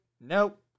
Nope